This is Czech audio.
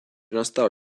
nastal